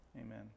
Amen